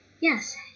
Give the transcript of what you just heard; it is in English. yes